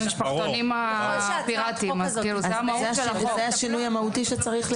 זה השינוי המהותי שצריך.